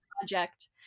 project